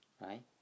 right